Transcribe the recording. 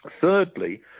Thirdly